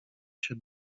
się